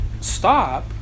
stop